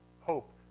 hope